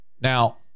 Now